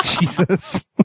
jesus